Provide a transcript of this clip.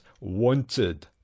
Wanted